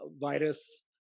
virus